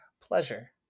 pleasure